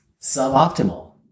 suboptimal